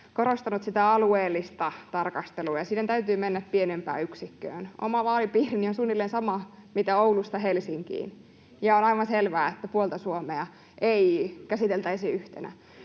korostanut alueellista tarkastelua, niin siinä täytyy mennä pienempään yksikköön. Oma vaalipiirini on suunnilleen sama kuin mitä on Oulusta Helsinkiin, ja on aivan selvää, että puolia Suomesta ei pitäisi käsitellä yhtenä.